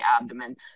abdomen